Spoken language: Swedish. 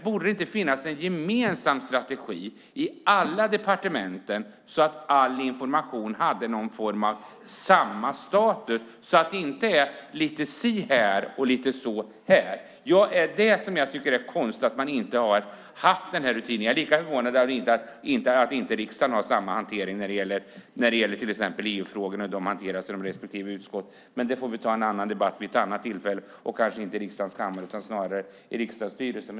Borde det inte finnas en gemensam strategi i alla departement, så att all information på något sätt har samma status och det inte är lite si här och lite så där. Jag tycker att det är konstigt att man inte har haft den rutinen. Jag är lika förvånad över att inte riksdagen har samma hantering när det gäller till exempel EU-frågorna och hur de hanteras i respektive utskott. Men det får vi ta i en annan debatt vid ett annat tillfälle, kanske inte i riksdagens kammare, utan snarare i Riksdagsstyrelsen.